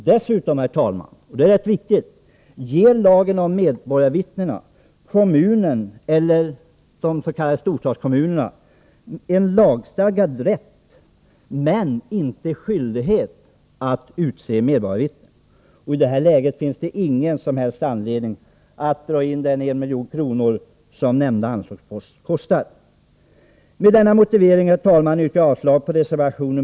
Dessutom — och det är rätt viktigt — ger lagen om medborgarvittnen de s.k. storstadskommunerna en lagstadgad rätt men inte skyldighet att utse medborgarvittnen. I det läget finns det ingen som helst anledning att dra in denna anslagspost på 1 milj.kr. Med denna motivering, herr talman, yrkar jag avslag på reservation 6.